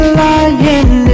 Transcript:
lying